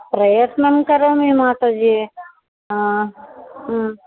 प्रयत्नं करोमि माताजि हा ह्म्